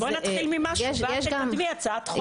אז בואי נתחיל ממשהו, ואת תקדמי הצעת חוק.